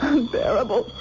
Unbearable